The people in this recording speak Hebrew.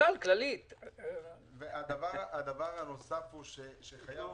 דבר נוסף שחייבים